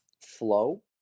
flow